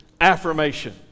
affirmation